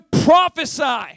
prophesy